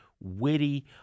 witty